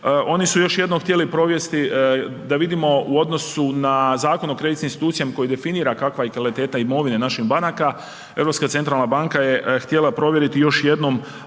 oni su još jednom htjeli provesti da vidimo u odnosu na Zakon o kreditnim institucijama koji definira kakva je kvaliteta imovine naših banaka, Europska centralna banka je htjela provjeriti još jednom